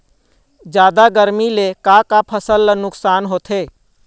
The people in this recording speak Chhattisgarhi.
जादा गरमी ले का का फसल ला नुकसान होथे?